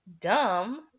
Dumb